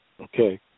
okay